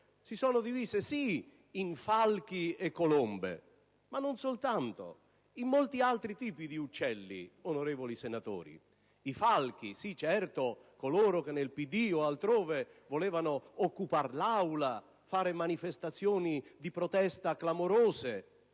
si sono divise, sì, in falchi e colombe, ma non soltanto: anche in molti altri tipi di uccelli, onorevoli senatori. I falchi, certo: coloro che nel PD o altrove volevano occupare l'Aula, fare manifestazioni di protesta clamorose.